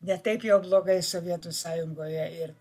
ne taip jau blogai sovietų sąjungoje ir